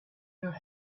her